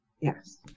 Yes